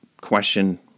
question